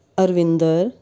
Arvinder